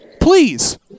please